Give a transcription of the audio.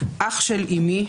אח של אימי,